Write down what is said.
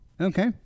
Okay